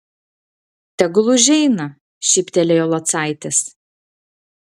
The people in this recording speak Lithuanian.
tegul užeina šyptelėjo locaitis